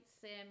Sammy